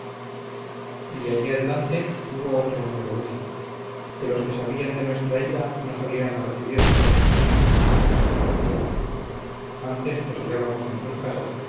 ahí adelante hubo otro nuevo uso que los que sabían de nuestra ida no salían a recibirnos a los caminos como los otros hacían antes los hallábamos en sus casas